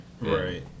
Right